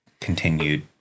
continued